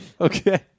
Okay